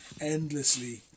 endlessly